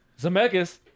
Zemeckis